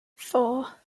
four